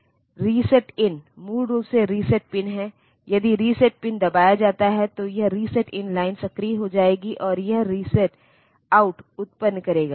RESET IN मूल रूप से रीसेट पिन है यदि रीसेट पिन दबाया जाता है तो यह RESET IN लाइन सक्रिय हो जाएगी और यह रीसेट आउट उत्पन्न करेगा